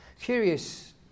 Curious